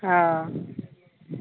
हँ